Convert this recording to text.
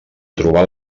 trobar